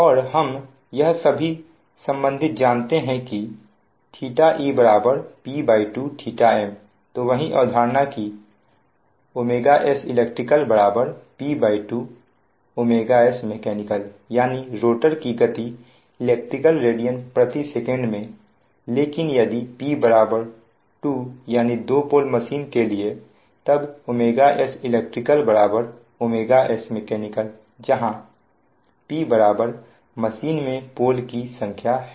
और हम यह संबंधी जानते हैं कि θe P2 θm तो वहीं अवधारणा की s electP2 s mech यानी रोटर की गति electrical radsec में लेकिन यदि P 2 दो पोल मशीन के लिए तब s elect s mech जहां P मशीन में पोल की संख्या है